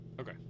Okay